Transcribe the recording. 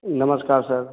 नमस्कार सर